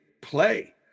play